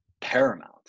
paramount